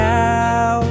now